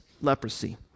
leprosy